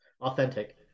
authentic